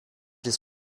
his